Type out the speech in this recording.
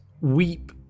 Weep